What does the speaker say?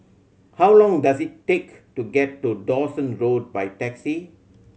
how long does it take to get to Dawson Road by taxi